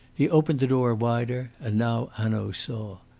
he opened the door wider, and now hanaud saw.